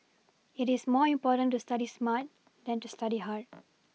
it is more important to study smart than to study hard